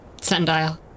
sundial